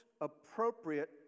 appropriate